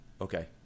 Okay